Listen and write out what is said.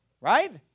Right